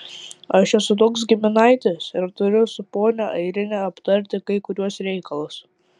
aš esu toks giminaitis ir turiu su ponia airine aptarti kai kuriuos reikalus